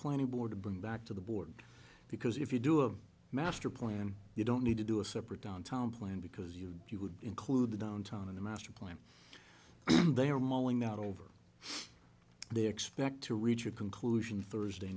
board to bring back to the board because if you do a master plan you don't need to do a separate downtown plan because you do you would include the downtown in the master plan they are mulling that over they expect to reach a conclusion thursday